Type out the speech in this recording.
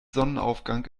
sonnenaufgang